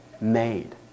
made